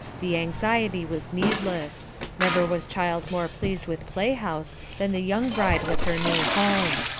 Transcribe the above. the anxiety was needless never was child more pleased with play-house than the young bride with her new home.